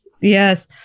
Yes